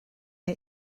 mae